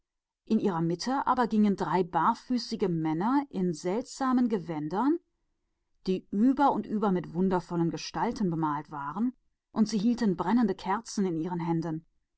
in ihrer mitte gingen drei barfüßige männer in seltsamen gelben gewändern die ganz mit wundervollen figuren bemalt waren und sie trugen brennende kerzen in den händen